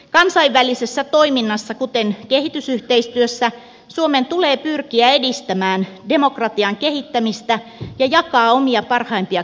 kansainvälisessä toiminnassa kuten kehitysyhteistyössä suomen tulee pyrkiä edistämään demokratian kehittämistä ja jakaa omia parhaimpia käytänteitään